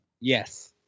Yes